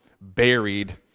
buried